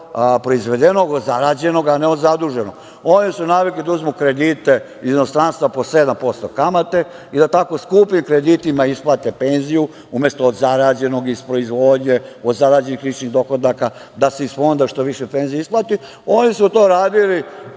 živeti od proizvedenog, od zarađenoga, a ne od zaduženog. Oni su navikli da uzmu kredite iz inostranstva po 7% kamate i da tako skupim kreditima isplate penziju umesto od zarađenog iz proizvodnje, od zarađenih ličnih dohodaka, da se iz fonda što više penzija isplati, oni su to radili,